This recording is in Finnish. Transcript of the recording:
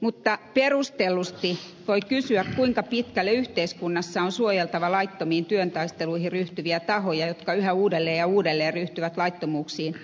mutta perustellusti voi kysyä kuinka pitkälle yhteiskunnassa on suojeltava laittomiin työtaisteluihin ryhtyviä tahoja jotka yhä uudelleen ja uudelleen ryhtyvät laittomuuksiin